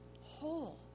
whole